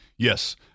Yes